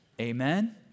Amen